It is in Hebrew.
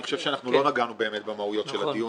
אני חושב שאנחנו לא נגענו באמת במהויות של הדיון.